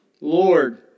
Lord